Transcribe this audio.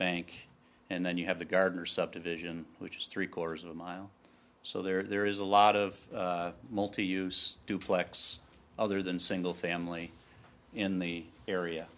bank and then you have the gardiner subdivision which is three quarters of a mile so there is a lot of multi use duplex other than single family in the